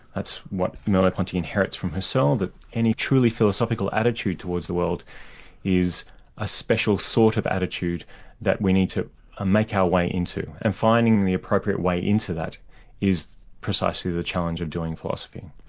that's what merleau-ponty inherits from husserl, so that any truly philosophical attitude towards the world is a special sort of attitude that we need to ah make our way into, and finding the appropriate way into that is precisely the challenge of doing philosophy.